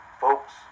folks